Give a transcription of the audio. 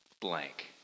blank